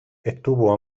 estuvo